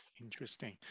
Interesting